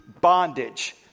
bondage